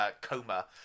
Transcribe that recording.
coma